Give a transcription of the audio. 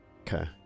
Okay